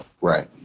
Right